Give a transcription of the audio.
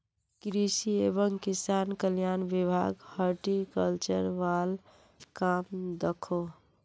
कृषि एवं किसान कल्याण विभाग हॉर्टिकल्चर वाल काम दखोह